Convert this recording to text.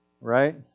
Right